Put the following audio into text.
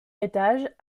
étage